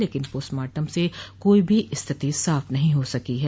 लेकिन पोस्टमार्टम से कोई भी स्थिति साफ नही हो सकी है